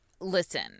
Listen